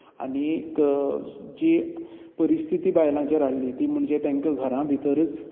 आनीक जी परिस्थिती बायलांचेर हाडली ती म्हणजे तांकां घरा भितरच